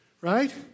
right